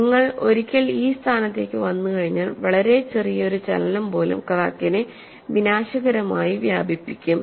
നിങ്ങൾ ഒരിക്കൽ ഈ സ്ഥാനത്തേക്ക് വന്നുകഴിഞ്ഞാൽ വളരെ ചെറിയ ഒരു ചലനം പോലും ക്രാക്കിനെ വിനാശകരമായി വ്യപിപ്പിക്കും